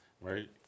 right